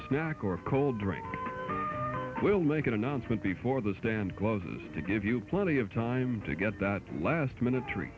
snack or cold drink will make an announcement before the stand close to give you plenty of time to get that last minute tree